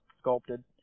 sculpted